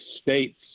states